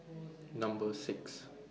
Number six